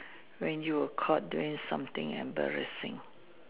when you were caught doing something embarrassing